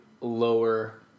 lower